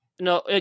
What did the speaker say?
no